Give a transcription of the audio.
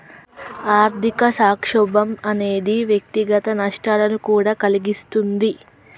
ఆర్థిక సంక్షోభం అనేది వ్యక్తిగత నష్టాలను కూడా కలిగిస్తుంది